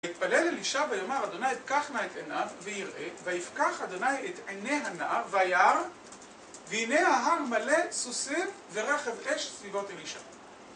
ויתפלל אלישע ויאמר, ה' פקח נא את עיניו ויראה, ויפקח ה' את עיני הנער וירא, והנה ההר מלא סוסים ורכב אש סביבות אלישע